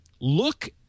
look